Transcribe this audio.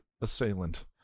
assailant